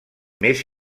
més